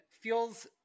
feels